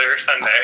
Sunday